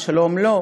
על שלום לא,